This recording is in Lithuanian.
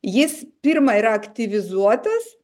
jis pirma yra aktyvizuotas